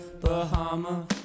Bahama